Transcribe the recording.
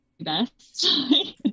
best